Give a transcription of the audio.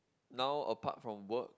now apart from work